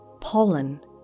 pollen